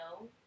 No